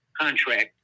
contract